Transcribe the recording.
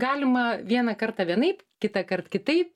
galima vieną kartą vienaip kitąkart kitaip